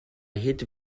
hid